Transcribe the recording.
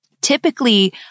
typically